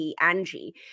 Angie